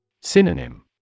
Synonym